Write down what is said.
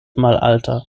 malalta